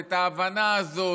את ההבנה הזאת,